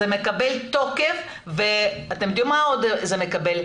זה מקבל תוקף ומה עוד זה מקבל?